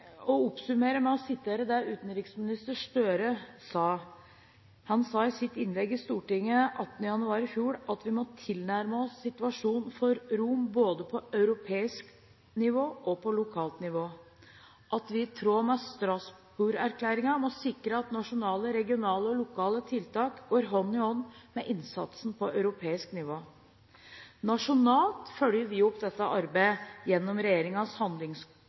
oppsummere med å sitere utenriksminister Gahr Støre. Han sa i sitt innlegg i Stortinget 18. januar i fjor at vi må «tilnærme oss situasjonen for romene både på europeisk og lokalt nivå», og at vi i tråd med Strasbourg-erklæringen må «sikre at nasjonale, regionale og lokale tiltak går hånd i hånd med innsatsen på europeisk nivå». Nasjonalt følger vi opp dette arbeidet gjennom